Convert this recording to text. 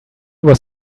was